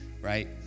right